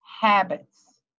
habits